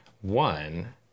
One